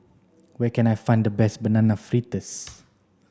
where can I find the best banana fritters